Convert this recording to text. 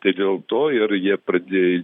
tai dėl to ir jie pradė